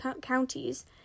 counties